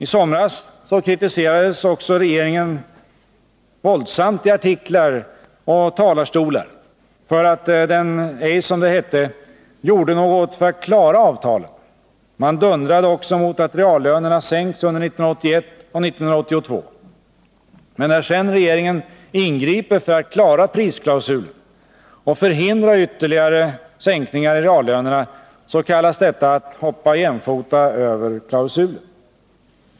I somras kritiserades också regeringen våldsamt i artiklar och talarstolar för att den ej, som det hette, gjorde något för att klara avtalen. Man dundrade också mot att reallönerna sänks under 1981 och 1982. Men när sedan regeringen ingriper för att klara prisklausulen och förhindra ytterligare sänkningar i reallönerna kallas detta att ”hoppa jämfota över klausulen”!